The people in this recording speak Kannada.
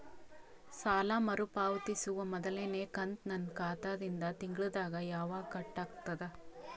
ಸಾಲಾ ಮರು ಪಾವತಿಸುವ ಮೊದಲನೇ ಕಂತ ನನ್ನ ಖಾತಾ ದಿಂದ ತಿಂಗಳದಾಗ ಯವಾಗ ಕಟ್ ಆಗತದ?